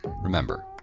Remember